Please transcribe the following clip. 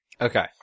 Okay